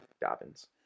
Dobbins